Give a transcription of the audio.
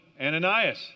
Ananias